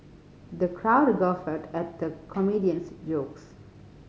the crowd guffawed at the comedian's jokes